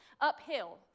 uphill